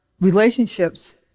relationships